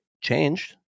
changed